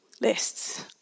lists